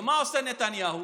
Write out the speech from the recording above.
ומה עושה נתניהו?